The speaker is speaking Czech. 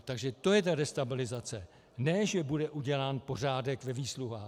Takže to je ta destabilizace, ne že bude udělán pořádek ve výsluhách.